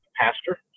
pastor